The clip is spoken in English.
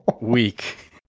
week